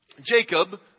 Jacob